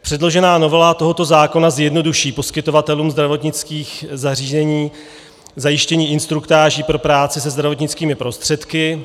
Předložená novela tohoto zákona zjednoduší poskytovatelům zdravotnických zařízení zajištění instruktáží pro práci se zdravotnickými prostředky.